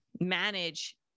manage